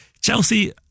Chelsea